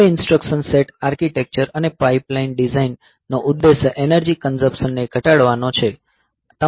હવે instruction set architecture અને pipeline design નો ઉદ્દેશ્ય એનર્જી કંઝપશન ને ઘટાડવાનો છે